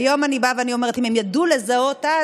היום אני באה ואומרת שאם הם ידעו לזהות אז,